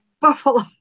buffalo